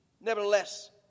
Nevertheless